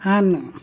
on